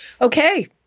Okay